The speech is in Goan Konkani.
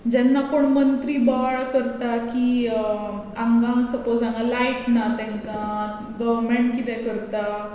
जेन्ना कोण मंत्री बोवाळ करता की हांगा सपोज हांगा लायट ना तांकां गोवमँट कितें करता